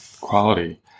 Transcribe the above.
quality